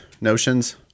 notions